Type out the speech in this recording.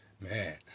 Man